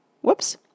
whoops